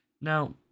Now